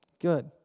Good